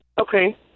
okay